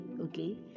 okay